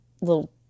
little